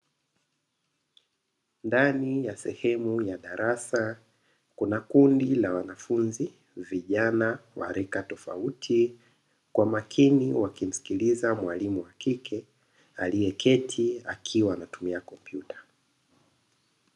Ndani ya sehemu ya darasa kuna kundi la wanafunzi vijana wa rika tofauti, kwa makini wakimsikiliza mwalimu wa kike aliyeketi akiwa anatumia kompyuta.